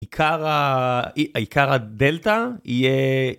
עיקר, עיקר הדלתא יהיה